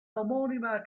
omonima